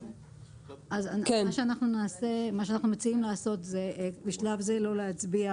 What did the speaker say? אנחנו מציעים לא להצביע בשלב זה על התקנה.